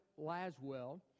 Laswell